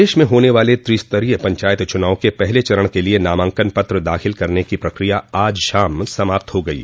प्रदेश में होने वाले त्रिस्तरीय पंचायत चुनाव के पहले चरण के लिए नामांकन पत्र दाखिल करने की प्रक्रिया आज शाम समाप्त हो गयी